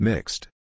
Mixed